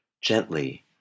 gently